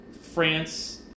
france